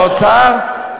לאוצר,